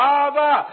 Father